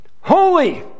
holy